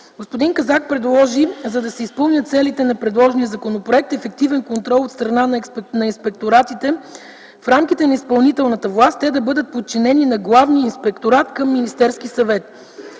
Господин Казак предложи, за да се изпълнят целите на предложения законопроект – ефективен контрол от страна на инспекторатите в рамките на изпълнителната власт, те да бъдат подчинени на Главния инспекторат към Министерския съвет.